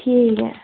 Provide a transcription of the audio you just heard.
ठीक ऐ